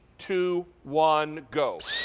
two, one go.